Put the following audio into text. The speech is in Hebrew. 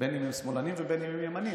בין אם הם שמאלנים ובין אם הם ימנים.